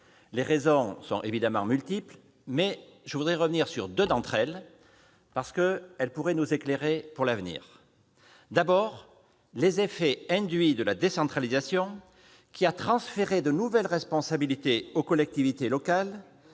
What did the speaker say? Les raisons sont évidemment multiples. Je reviendrai néanmoins sur deux d'entre elles, qui doivent nous éclairer pour l'avenir. D'abord, les effets induits de la décentralisation qui a transféré de nouvelles responsabilités aux collectivités locales